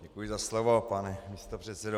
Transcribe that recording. Děkuji za slovo, pane místopředsedo.